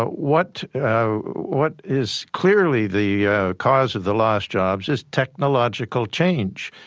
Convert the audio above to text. ah what what is clearly the cause of the lost jobs is technological change.